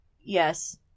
yes